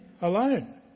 alone